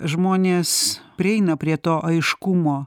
žmonės prieina prie to aiškumo